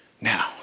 Now